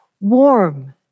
warm